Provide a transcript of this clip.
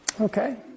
Okay